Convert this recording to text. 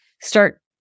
start